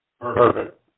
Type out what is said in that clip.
perfect